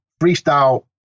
freestyle